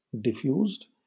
diffused